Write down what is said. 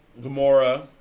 Gamora